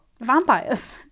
Vampires